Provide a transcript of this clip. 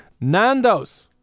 Nando's